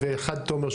אומר,